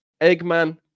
Eggman